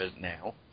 now